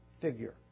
figure